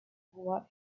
what